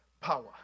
Power